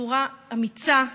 בצורה אמיצה.